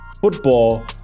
Football